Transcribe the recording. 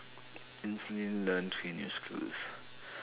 instantly learn three new skills